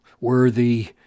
worthy